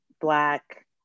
black